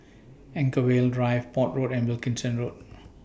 Anchorvale Drive Port Road and Wilkinson Road